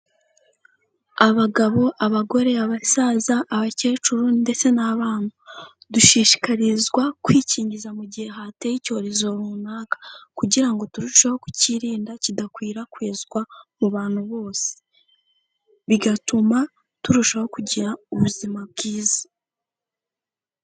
Abagabo, abagore, abasaza, abakecuru, ndetse n'abana; dushishikarizwa kwikingiza mu gihe hateye icyorezo runaka. Kugira ngo turusheho kukirinda kidakwirakwizwa mu bantu bose. Bigatuma turushaho kugira ubuzima bwiza.